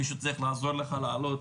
מישהו צריך לעזור לך לעלות,